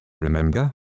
remember